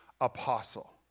apostle